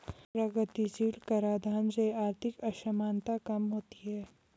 प्रगतिशील कराधान से आर्थिक असमानता कम होती है